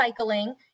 recycling